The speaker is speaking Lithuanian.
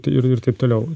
tai ir ir taip toliau